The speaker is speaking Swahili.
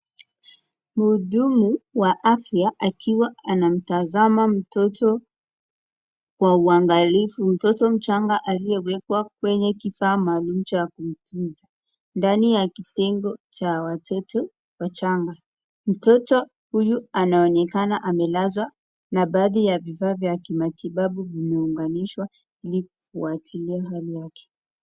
Mhudumu wa afya, akiwa anamtazama mtoto kwa uangalifu. Mtoto mchanga aliyewekwa kwenye kifaa maalumu cha kumtunza, ndani ya kitengo cha watoto wachanga. Mtoto huyu anaonekana amelazwa na baadhi ya vifaa vya kimatibabu vineunganishwa ili kufuatilia hali yake.